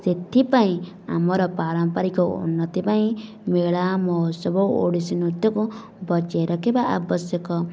ସେଥିପାଇଁ ଆମର ପାରମ୍ପାରିକ ଉନ୍ନତି ପାଇଁ ମେଳା ମହୋତ୍ସବ ଓଡ଼ିଶୀ ନୃତ୍ୟକୁ ବଜାଇ ରଖିବା ଆବଶ୍ୟକ